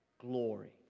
Glory